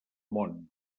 món